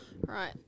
right